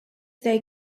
they